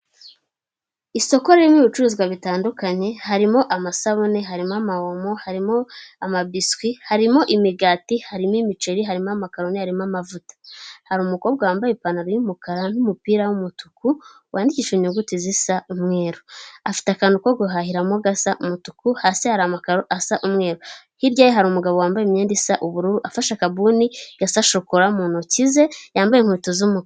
Isoko ririmo ibicuruzwa bitandukanye, harimo amasabune harimo ama omo, harimo amabiswi, harimo imigati, harimo imiceri, hari amakaroni, arimo amavuta, hari umukobwa wambaye ipantaro yumukara n'umupira w'umutuku wandikishije inyuguti ziisa umweru afite akantu ko guhahiramo k'umutuku. Hasi hari amakaro asa umweru, hirya ye hari umugabo wambaye imyenda isa ubururu afashe akabuni gasa shokora mu ntoki ze yambaye inkweto z'umukara.